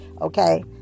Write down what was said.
Okay